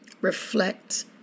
reflect